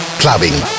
clubbing